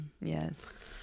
Yes